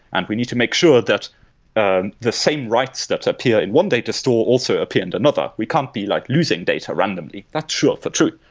and we need to make sure that and the same writes that appear in one data store also appear in and another. we can't be like losing data randomly. that's sure for truth.